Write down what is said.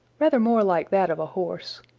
rather more like that of a horse.